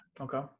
okay